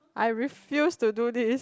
I refuse to do this